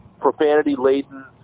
profanity-laden